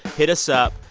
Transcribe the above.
hit us up.